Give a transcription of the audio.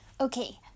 Okay